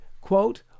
quote